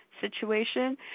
situation